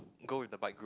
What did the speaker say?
go in the bike group